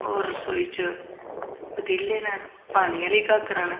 होर रसोई च पतीले न पानी आह्ली घागरां न